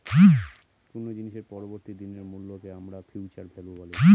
কোনো জিনিসের পরবর্তী দিনের মূল্যকে আমরা ফিউচার ভ্যালু বলি